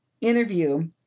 interview